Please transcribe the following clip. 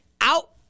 out